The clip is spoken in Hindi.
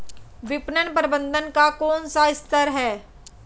विपणन प्रबंधन का कौन सा स्तर है?